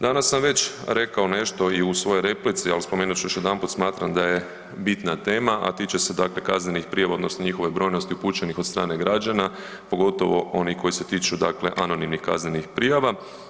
Danas sam već rekao nešto i u svojoj replici ali spomenut ću još jedanput, smatram da je bitna tema a tiče se dakle kaznenih prijava odnosno njihove brojnosti upućenih od strane građana pogotovo onih koji se tiču anonimnih kaznenih prijava.